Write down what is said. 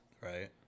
Right